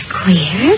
queer